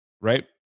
right